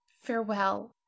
Farewell